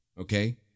Okay